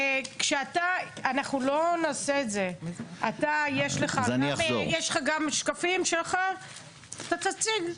אמיר, לך יש את השקפים שלך שאתה תציג.